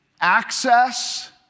access